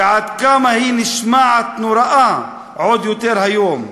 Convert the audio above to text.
וכמה היא נשמעת נוראה עוד יותר היום.